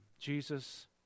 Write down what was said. Jesus